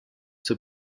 zur